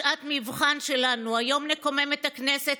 שעת מבחן שלנו: היום נקומם את הכנסת,